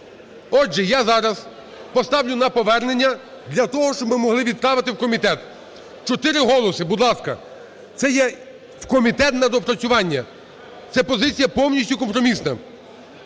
Отже, я зараз поставлю на повернення для того, щоб ми могли відправити в комітет, 4 голоси, будь ласка. Це є в комітет на доопрацювання. Це позиція повністю компромісна.